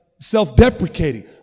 self-deprecating